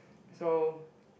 so